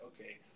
okay